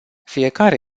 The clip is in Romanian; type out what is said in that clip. fiecare